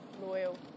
loyal